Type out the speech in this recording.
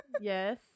yes